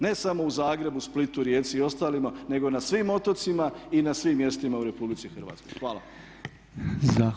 Ne samo u Zagrebu, Splitu, Rijeci i ostalima nego na svim otocima i na svim mjestima u RH.